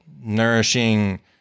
nourishing